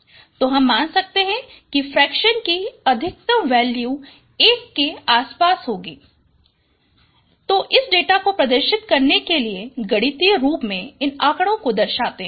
तो हम यह मान सकते है कि फ्रैक्शन कि अधिकतम वैल्यू 1 के आसपास होगी तो इस डेटा को प्रदर्शित करने के लिए गणितीय रूप में इन आंकड़ो को दर्शाते है